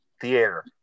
Theater